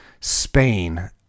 Spain